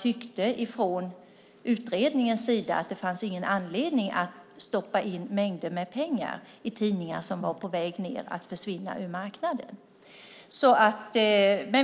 tyckte man ju från utredningens sida att det inte fanns någon anledning att stoppa in mängder med pengar i tidningar som var på väg att försvinna från marknaden.